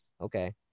Okay